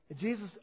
Jesus